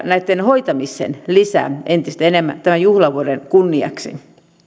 näitten hoitamiseen kaksisataaviisikymmentätuhatta euroa määrärahoja lisää entistä enemmän tämän juhlavuoden kunniaksi